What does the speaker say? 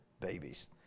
babies